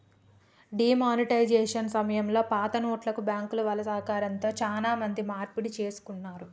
D monetisation సమయంలో పాతనోట్లను బ్యాంకుల వాళ్ళ సహకారంతో చానా మంది మార్పిడి చేసుకున్నారు